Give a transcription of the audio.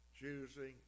choosing